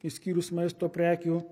išskyrus maisto prekių